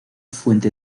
fuente